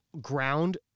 ground